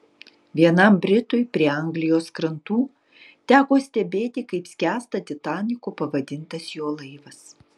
vienam britui prie anglijos krantų teko stebėti kaip skęsta titaniku pavadintas jo laivas